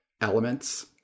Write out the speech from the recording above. elements